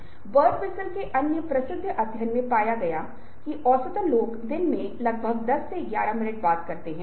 विस्तृत परिणाम चर्चा मंच में उपलब्ध होंगे जहां इसे पोस्ट किया जाएगा और हम उस पर आगे चर्चा कर सकते हैं